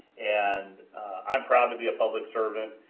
and i'm proud to be a public servant,